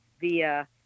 via